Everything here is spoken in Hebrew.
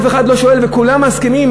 אף אחד לא שואל וכולם מסכימים,